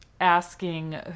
asking